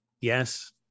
Yes